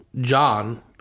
John